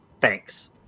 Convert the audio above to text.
thanks